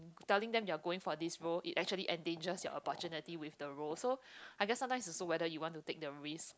telling them you are going for this role it actually endangers your opportunity with the role so I guess sometimes it's also whether you want to take the risk